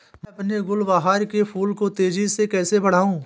मैं अपने गुलवहार के फूल को तेजी से कैसे बढाऊं?